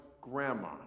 grandma